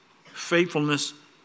faithfulness